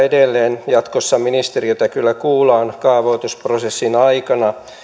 edelleen jatkossa ministeriötä kyllä kuullaan kaavoitusprosessin aikana